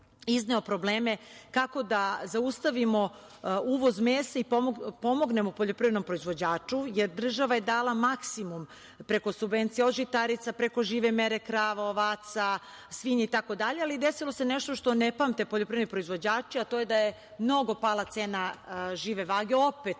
izneo probleme kako da zaustavimo uvoz mesa i pomognemo poljoprivrednom proizvođaču jer država je dala maksimum preko subvencija od žitarica preko žive mere krava, ovaca, svinja i tako dalje. Desilo se nešto što ne pamte poljoprivredni proizvođači a to je da je mnogo pala cena žive vage, opet